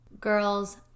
Girls